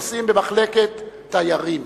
נוסעים במחלקת תיירים.